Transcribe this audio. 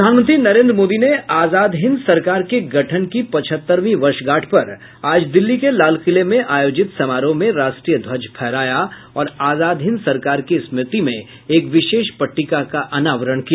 प्रधानमंत्री नरेंद्र मोदी ने आजाद हिंद सरकार के गठन की पचहत्तरवीं वर्षगांठ पर आज दिल्ली के लालकिले में आयोजित समारोह में राष्ट्रीय ध्वज फहराया और आजाद हिंद सरकार की स्मृति में एक विशेष पट्टिका का अनावरण किया